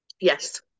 Yes